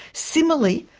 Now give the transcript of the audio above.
similarly,